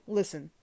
listen